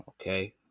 Okay